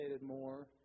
more